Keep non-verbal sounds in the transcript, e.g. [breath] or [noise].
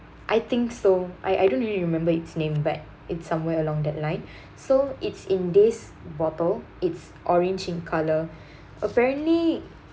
I think so I I don't really remember its name but it somewhere along the line [breath] so it's in this bottle it's orange in colour [breath] apparently